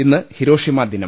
ഇന്ന് ഹിരോഷിമ ദിനം